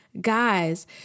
Guys